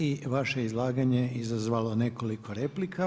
I vaše izlaganje izazvalo nekoliko replika.